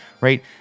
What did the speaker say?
right